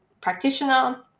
practitioner